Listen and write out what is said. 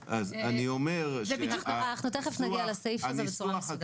מיד נגיע לסעיף הזה בצורה מסודרת.